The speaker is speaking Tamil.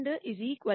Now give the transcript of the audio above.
05 கிடைக்கும்